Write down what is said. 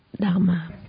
dharma